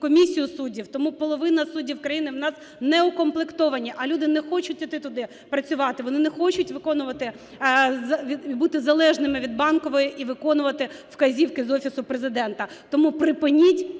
комісію суддів, тому половина суддів в країні у нас неукомплектовані. А люди не хочуть іти туди працювати, вони не хочуть виконувати, бути залежними від Банкової і виконувати вказівки з Офісу Президента, тому припиніть